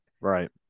Right